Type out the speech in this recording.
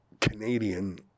Canadian